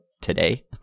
today